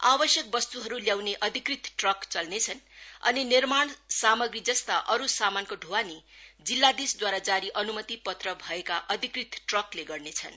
आवश्यक वस्तुहरू ल्याउने अधिकृत ट्रक चल्नेछन् अनि निर्माणसामाग्री जस्ता अरू सामानको दुवानी जिल्लाधीसद्वारा जारी अनुमतिपत्र भएका अधिकृत ट्रकले गर्नेछन्